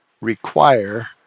require